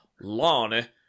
Lana